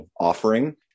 offering